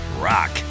Rock